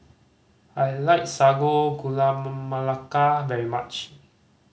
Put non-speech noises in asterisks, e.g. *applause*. I like sago gula *unintelligible* melaka very much